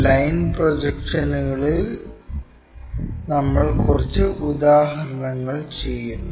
line പ്രൊജക്ഷനുകളിൽ നമ്മൾ കുറച്ച് ഉദാഹരണങ്ങൾ ചെയ്യുന്നു